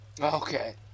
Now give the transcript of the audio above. okay